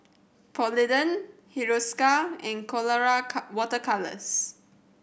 Polident Hiruscar and Colora water colours